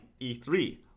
E3